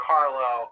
Carlo